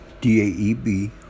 D-A-E-B